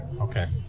okay